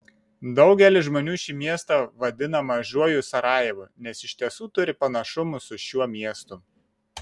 daugelis žmonių šį miestą vadina mažuoju sarajevu nes iš tiesų turi panašumų su šiuo miestu